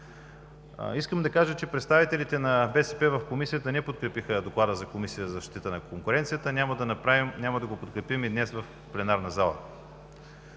пазар. Представителите на БСП в Комисията не подкрепиха Доклада на Комисията за защита на конкуренцията. Няма да го подкрепим и днес от пленарната зала.